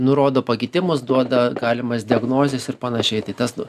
nurodo pakitimus duoda galimas diagnozes ir panašiai tai tas nu